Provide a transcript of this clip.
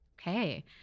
Okay